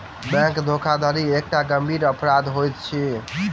bank धोखाधड़ी एकटा गंभीर अपराध होइत अछि